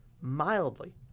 Mildly